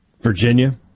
Virginia